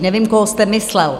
Nevím, koho jste myslel.